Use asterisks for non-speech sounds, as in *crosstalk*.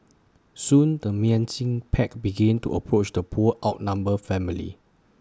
soon the *unintelligible* pack began to approach the poor outnumbered family